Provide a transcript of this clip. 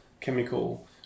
chemical